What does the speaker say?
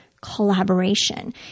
collaboration